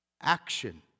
Action